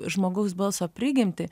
žmogaus balso prigimtį